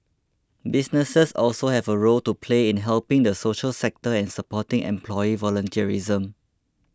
businesses also have a role to play in helping the social sector and supporting employee volunteerism